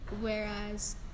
whereas